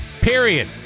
period